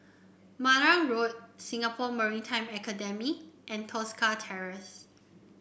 Marang Road Singapore Maritime Academy and Tosca Terrace